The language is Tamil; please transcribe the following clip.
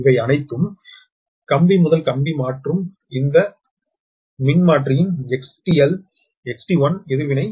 இவை அனைத்தும் கம்பிமுதல்கம்பி மற்றும் இந்த மின்மாற்றியின் XT1 எதிர்வினை 0